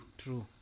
true